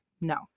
No